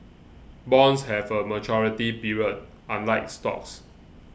bonds have a maturity period unlike stocks